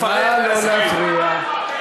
אפרט ואסביר.